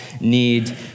need